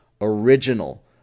original